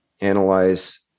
analyze